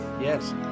Yes